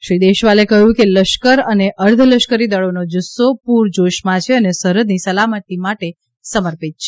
શ્રી દેશવાલે કહ્યું છે કે લશ્કર અને અર્ધલશ્કરી દળોનો જુસ્સો પુરજોશમાં છે અને સરહદની સલામતી માટે સમર્પિત છે